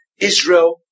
Israel